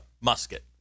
musket